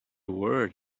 word